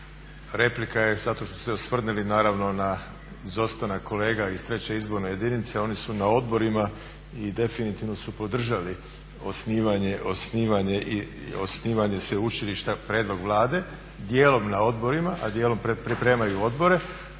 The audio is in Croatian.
replika je zato što ste se osvrnuli naravno na izostanak kolega iz 3. izborne jedinice, oni su na odborima i definitivno su podržali osnivanje sveučilišta, prijedlog Vlade, dijelom na odborima, a dijelom pripremaju odbore.